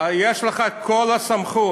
יש לך את כל הסמכות,